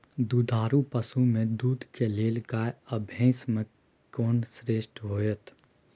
दुधारू पसु में दूध के लेल गाय आ भैंस में कोन श्रेष्ठ होयत?